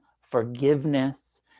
forgiveness